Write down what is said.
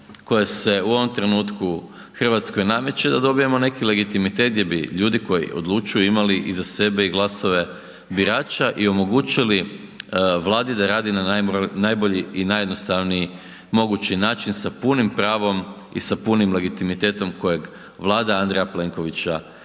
koje se u ovom trenutku RH nameće da dobijemo neki legitimitet gdje bi ljudi koji odlučuju imali iza sebe i glasove birača i omogućili Vladi da radi na najbolji i najjednostavniji mogući način sa punim pravom i sa punim legitimitetom kojeg Vlada Andreja Plenkovića